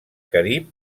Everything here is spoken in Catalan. carib